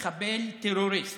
מחבל, טרוריסט.